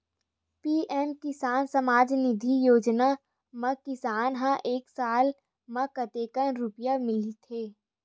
PM किसान सम्मान निधी योजना म किसान ल एक साल म कतेक रुपिया मिलथे?